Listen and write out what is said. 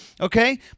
Okay